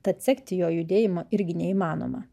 tad sekti jo judėjimą irgi neįmanoma